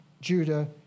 Judah